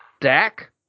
Dak